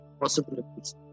possibilities